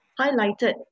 highlighted